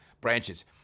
branches